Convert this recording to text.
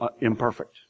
imperfect